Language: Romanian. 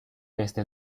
peste